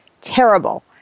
terrible